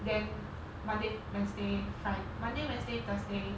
then monday wednesday fri~ monday wednesday thursday